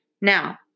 Now